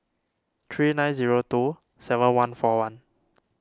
three nine zero two seven one four one